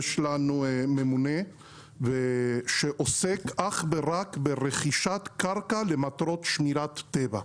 יש לנו ממונה שעוסק אך ורק ברכישת קרקע למטרות שמירת טבע.